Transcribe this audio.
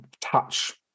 touch